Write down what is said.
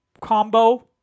combo